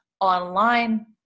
online